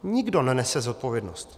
Nikdo nenese zodpovědnost.